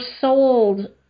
sold